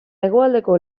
hegoaldeko